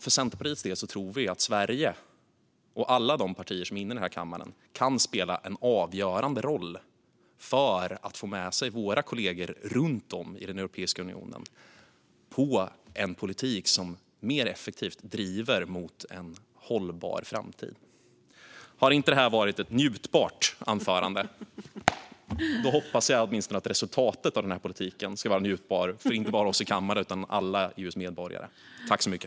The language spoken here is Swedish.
För Centerpartiets del tror vi att Sverige och alla partierna i kammaren kan spela en avgörande roll för att få med sig våra kollegor runt om i Europeiska unionen på en politik som mer effektivt driver mot en hållbar framtid. Om inte det här har varit ett njutbart anförande hoppas jag att åtminstone resultatet av politiken ska vara njutbart inte bara för oss i kammaren utan för alla EU:s medborgare!